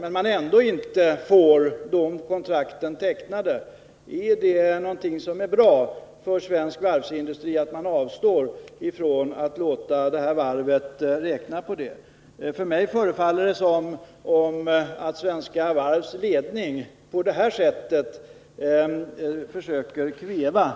Det är ju så att man faktiskt får sådana förfrågningar och ändå får man inte teckna nya kontrakt. För mig förefaller det som om Svenska Varvs ledning på det här sättet försöker kväva